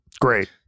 Great